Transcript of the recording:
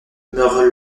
meurt